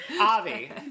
Avi